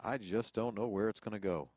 i just don't know where it's going to go